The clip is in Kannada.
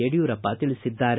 ಯಡಿಯೂರಪ್ಪ ತಿಳಿಸಿದ್ದಾರೆ